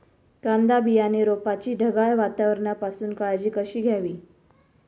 कांदा बियाणे रोपाची ढगाळ वातावरणापासून काळजी कशी घ्यावी?